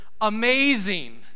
amazing